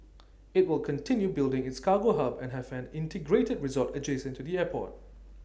IT will continue building its cargo hub and have an integrated resort adjacent to the airport